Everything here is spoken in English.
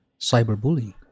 cyberbullying